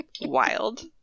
Wild